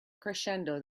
crescendo